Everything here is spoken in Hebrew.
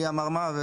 מי אמר מה.